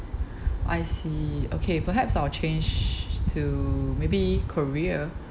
I see okay perhaps I will change to maybe korea